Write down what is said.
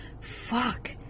Fuck